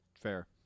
Fair